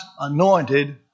anointed